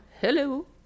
Hello